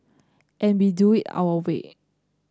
and we do it our way